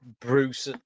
Bruce